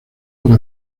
para